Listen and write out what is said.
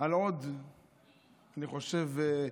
אני חושב,